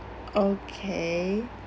okay